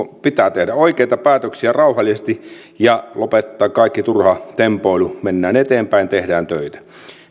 pitää tehdä oikeita päätöksiä rauhallisesti ja lopettaa kaikki turha tempoilu mennään eteenpäin tehdään töitä